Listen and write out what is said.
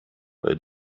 bei